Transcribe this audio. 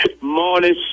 morning